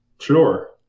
Sure